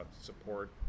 support